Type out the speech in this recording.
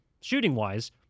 shooting-wise